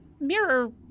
mirror